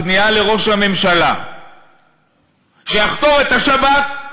פנייה לראש הממשלה שיחקור את השב"כ.